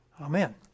Amen